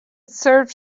served